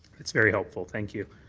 that's very helpful. thank you.